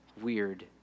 weird